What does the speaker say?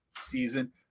season